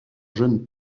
jeunes